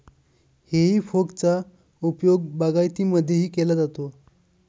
हेई फोकचा उपयोग बागायतीमध्येही केला जातो